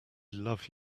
love